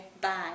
bye